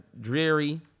Dreary